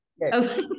yes